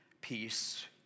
peace